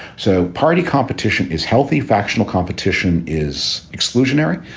so party competition is healthy, factional competition is exclusionary,